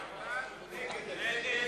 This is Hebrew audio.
מי נגד?